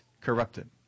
corrupted